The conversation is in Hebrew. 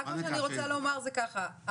מה שאני רוצה לומר זה ככה,